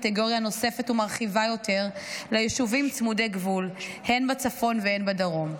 קטגוריה נוספת ומרחיבה יותר ליישובים צמודי גבול הן בצפון והן בדרום.